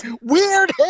Weird